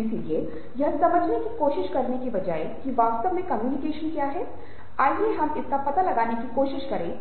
इसलिए यह समझने की कोशिश करने के बजाय कि वास्तव में कम्युनिकेशन क्या है आइए हम इसका पता लगाने की कोशिश करें